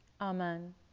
Amen